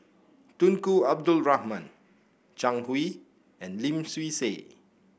Tunku Abdul Rahman Zhang Hui and Lim Swee Say